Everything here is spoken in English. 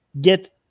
get